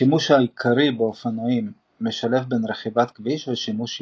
השימוש העיקרי באופנועים משלב בין רכיבת כביש ושימוש יומיומי,